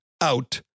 out